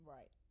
Right